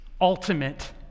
ultimate